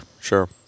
Sure